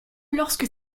lorsque